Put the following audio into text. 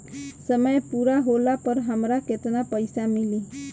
समय पूरा होला पर हमरा केतना पइसा मिली?